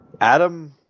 Adam